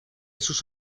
sus